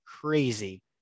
crazy